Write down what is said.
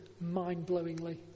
mind-blowingly